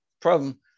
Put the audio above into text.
problem